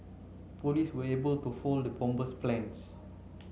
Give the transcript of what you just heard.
police were able to foil the bomber's plans